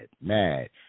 mad